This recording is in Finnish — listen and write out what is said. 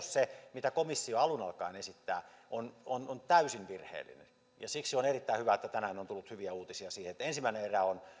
se mitä komissio alun alkaen esittää on on täysin virheellinen ja siksi on erittäin hyvä että tänään on tullut hyviä uutisia siihen liittyen että ensimmäinen erä on